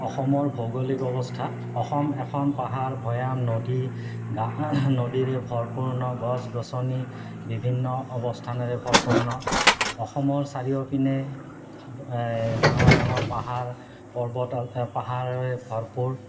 অসমৰ ভৌগোলিক অৱস্থা অসম এখন পাহাৰ ভৈয়াম নদী নদীৰে ভৰপূৰ গছ গছনি বিভিন্ন অৱস্থানেৰে ভৰপূৰ অসমৰ চাৰিও পিনে ডাঙৰ ডাঙৰ পাহাৰ পৰ্বত পাহাৰেৰে ভৰপূৰ